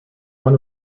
one